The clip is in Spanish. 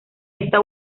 esta